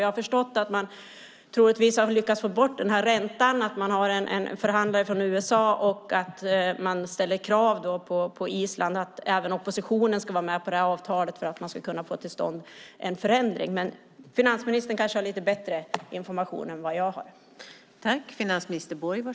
Jag har förstått att man troligtvis har lyckats få bort räntan, att man har en förhandlare från USA och att man ställer krav på Island att även oppositionen ska vara med på avtalet för att man ska kunna få till stånd en förändring. Men finansministern kanske har lite bättre information än jag har.